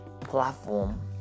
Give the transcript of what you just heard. platform